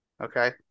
Okay